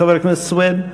חבר הכנסת סוייד,